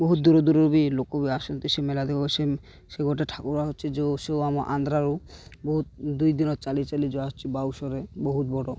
ବହୁତ ଦୂରଦୂରରୁ ବି ଲୋକ ବି ଆସନ୍ତି ସେ ମେଳା ଦେ ସେ ସେ ଗୋଟେ ଠାକୁର ଅଛି ଯେଉଁ ସେ ଆମ ଆନ୍ଧ୍ରାରୁ ବହୁତ ଦୁଇଦିନ ଚାଲିଚାଲି ଯେଉଁ ଆସୁଛି ବାଉଁଶରେ ବହୁତ ବଡ଼